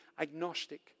agnostic